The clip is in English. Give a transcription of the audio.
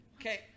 Okay